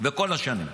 וכל השנים.